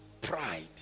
Pride